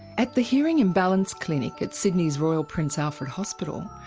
at the hearing and balance clinic at sydney's royal prince alfred hospital,